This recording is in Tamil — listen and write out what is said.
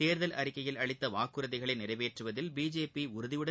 தேர்தல் அறிக்கையில் அளித்த வாக்குறுதிகளை நிறைவேற்றுவதில் பிஜேபி உறுதியுடன்